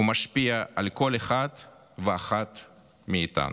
ומשפיע על כל אחד ואחת מאיתנו.